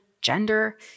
gender